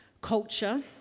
culture